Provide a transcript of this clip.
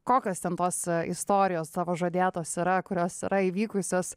kokios ten tos istorijos tavo žadėtos yra kurios yra įvykusios